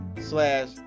slash